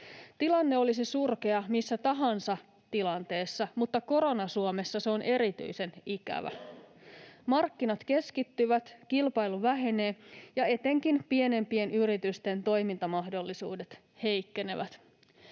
Tilanne olisi surkea missä tahansa tilanteessa, mutta korona-Suomessa se on erityisen ikävä. Markkinat keskittyvät, kilpailu vähenee, ja etenkin pienempien yritysten toimintamahdollisuudet heikkenevät.